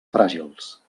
fràgils